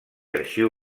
arxiu